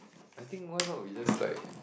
I think why not we just like